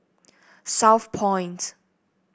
southpoint